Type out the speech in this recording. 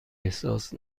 احساس